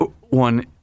one